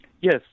Yes